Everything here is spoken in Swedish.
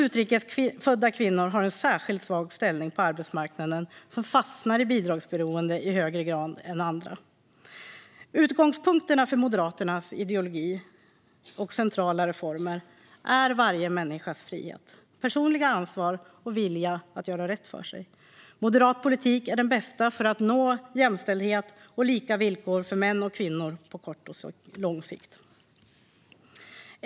Utrikesfödda kvinnor har en särskilt svag ställning på arbetsmarknaden och fastnar i bidragsberoende i högre grad än andra. Utgångspunkterna för Moderaternas ideologi och centrala reformer är varje människas frihet, personliga ansvar och vilja att göra rätt för sig. Moderat politik är den bästa för att nå jämställdhet och lika villkor för män och kvinnor på kort och lång sikt.